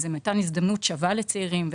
ומתן הזדמנות שווה לצעירים.